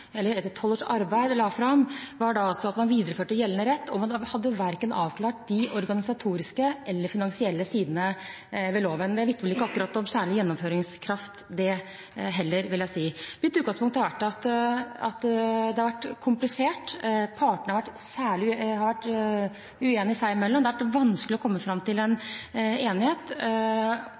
var at man videreførte gjeldende rett, og man hadde verken avklart de organisatoriske eller de finansielle sidene ved loven. Det vitner vel ikke akkurat om særlig gjennomføringskraft det heller, vil jeg si. Mitt utgangspunkt har vært at det har vært komplisert. Partene har vært uenige seg imellom, det har vært vanskelig å komme fram til enighet,